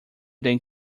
then